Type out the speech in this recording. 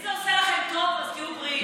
אם זה עושה לכם טוב, אז תהיו בריאים.